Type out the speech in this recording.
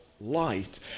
light